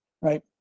right